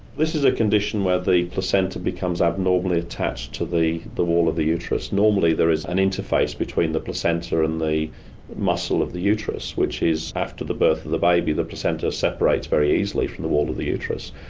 this is a condition where the placenta becomes abnormally attached to the the wall of the uterus. normally there is an interface between the placenta and the muscle of the uterus which is after the birth of the baby the placenta separates very easily from the wall of the uterus,